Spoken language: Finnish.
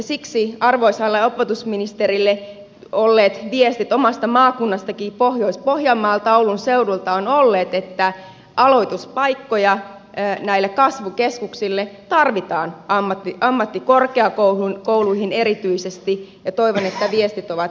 siksi arvoisalle opetusministerille olleet viestit omasta maakunnastanikin pohjois pohjanmaalta oulun seudulta ovat olleet että aloituspaikkoja näille kasvukeskuksille tarvitaan ammattikorkeakouluihin erityisesti ja toivon että viestit ovat menneet perille